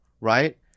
right